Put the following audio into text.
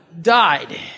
died